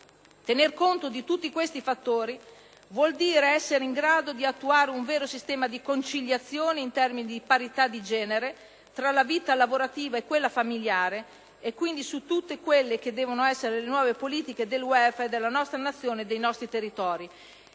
Tener conto di tutti questi fattori vuol dire essere in grado di attuare un vero sistema di conciliazione in termini di parità di genere tra la vita lavorativa e quella familiare e quindi su tutte quelle che devono essere le nuove politiche del *welfare* della nostra Nazione e dei nostri territori.